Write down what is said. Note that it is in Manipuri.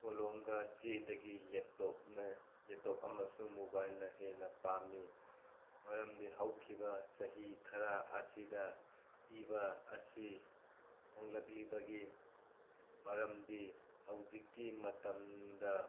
ꯀꯣꯂꯣꯝꯒ ꯆꯦꯗꯒꯤ ꯂꯦꯞꯇꯣꯞꯅ ꯂꯦꯞꯇꯣꯞ ꯑꯃꯁꯨꯡ ꯃꯣꯕꯥꯏꯜꯅ ꯍꯦꯟꯅ ꯄꯥꯝꯃꯤ ꯃꯔꯝꯗꯤ ꯍꯧꯈꯤꯕ ꯆꯍꯤ ꯈꯔ ꯑꯁꯤꯗ ꯏꯕ ꯑꯁꯤ ꯍꯣꯡꯂꯛꯂꯤꯕꯒꯤ ꯃꯔꯝꯗꯤ ꯍꯧꯖꯤꯛꯀꯤ ꯃꯇꯝꯗ